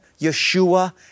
Yeshua